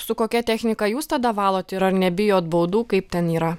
su kokia technika jūs tada valot ir ar nebijot baudų kaip ten yra